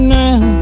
now